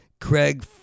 Craig